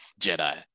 Jedi